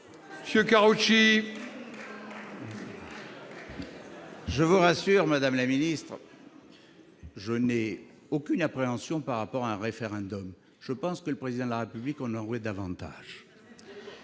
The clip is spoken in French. pour la réplique. Je vous rassure, madame la ministre, je n'ai aucune appréhension par rapport à un référendum. Je pense que le Président de la République en aurait davantage.